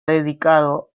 dedicado